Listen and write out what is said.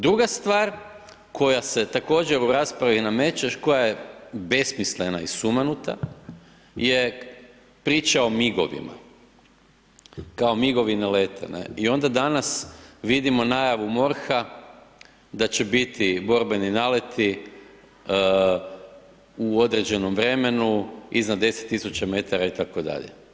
Druga stvar koja se također u raspravi nameće, koja je besmislena i sumanuta je priča o migovima, kao migovi ne lete, ne, i onda danas vidimo najavu MORH-a da će biti borbeni naleti u određenom vremenu iznad 10 000 metara itd.